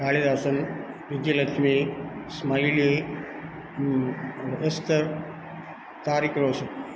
Kalidasan Vijayalakshmi Smiley Esther Tariq Roshan